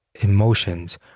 emotions